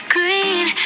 Green